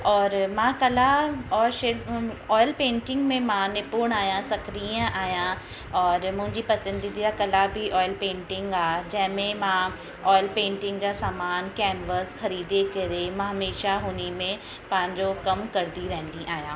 और मां कला और शिल्प ऑइल पेंटिंग में मां निपुण आहियां सकृय आहियां और मुंहिंजी पसंदीदा कला बि ऑइल पेंटिंग आहे जंहिंमें मां ऑइल पेंटिंग जा सामान कैनवस ख़रीदे करे मां हमेशा हुन में पंहिंजो कमु कंदी रहंदी आहियां